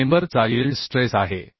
हा मेंबर चा yield stress आहे